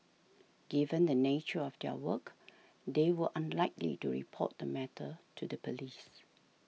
given the nature of their work they were unlikely to report the matter to the police